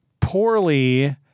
poorly